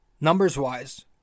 Numbers-wise